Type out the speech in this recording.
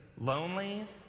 Lonely